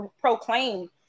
proclaim